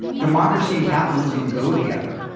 democracy and capitalism go together.